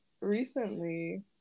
recently